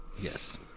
yes